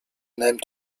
name